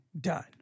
done